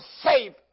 safe